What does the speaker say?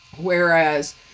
Whereas